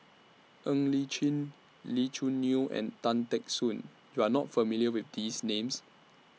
Ng Li Chin Lee Choo Neo and Tan Teck Soon YOU Are not familiar with These Names